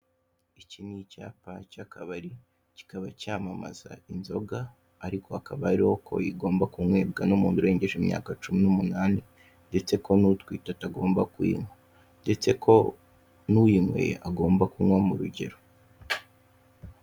Iki ni icyapa cy'akabari, kikaba cyamamaza inzoga ariko hakaba hari ko igomba kumwebwa n'umuntu urengeje imyaka cumi n'umunani ndetse ko n'utwite atagomba kuyinywa ndetse ko n'uyinyweye agomba kunywa mu rugero.